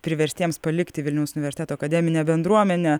priverstiems palikti vilniaus universiteto akademinę bendruomenę